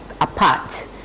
apart